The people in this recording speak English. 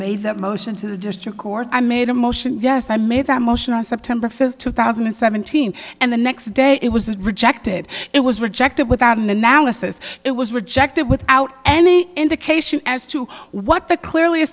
made that motion to the district court i made a motion yes i made that motion on september fifth two thousand and seventeen and the next day it was rejected it was rejected without an analysis it was rejected without any indication as to what the clearly